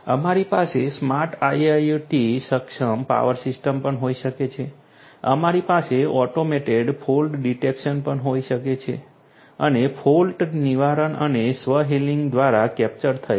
અમારી પાસે smart IIoT સક્ષમ પાવર સિસ્ટમ પણ હોઈ શકે છે અમારી પાસે ઑટોમેટેડ ફોલ્ટ ડિટેક્શન પણ હોઈ શકે છે અને ફોલ્ટ નિવારણ એ સ્વ હીલિંગ દ્વારા કૅપ્ચર થયેલ છે